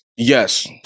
Yes